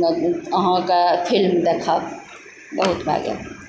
अहाँके फिल्म देखब बहुत भए गेल